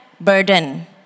Burden